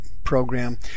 Program